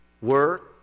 work